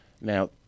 Now